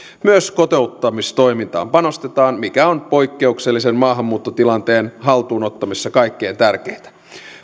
myös kotouttamistoimintaan panostetaan mikä on poikkeuksellisen maahanmuuttotilanteen haltuun ottamisessa kaikkein tärkeintä